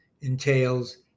entails